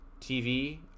TV